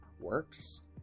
works